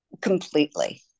completely